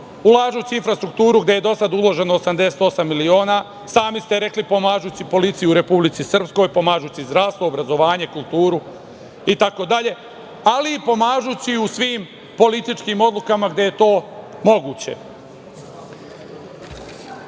ulažući u infrastrukturu, gde je dosad uloženo 88 miliona, sami ste rekli, pomažući policiju u Republici Srpskoj, pomažući zdravstvo, obrazovanje, kulturu, itd, ali i pomažući u svim političkim odlukama gde je to moguće. Da